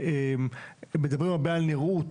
מדברים הרבה על נראות,